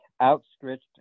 outstretched